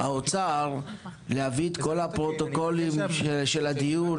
להביא את כל הפרוטוקולים של הדיון,